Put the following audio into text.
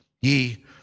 ye